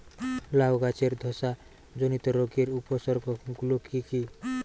লাউ গাছের ধসা জনিত রোগের উপসর্গ গুলো কি কি?